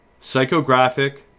psychographic